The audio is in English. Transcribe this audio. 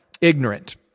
ignorant